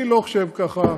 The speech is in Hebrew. אני לא חושב כך,